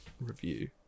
review